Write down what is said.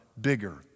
bigger